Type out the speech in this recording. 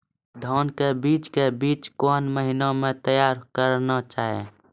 धान के बीज के बीच कौन महीना मैं तैयार करना जाए?